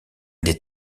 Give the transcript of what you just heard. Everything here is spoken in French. des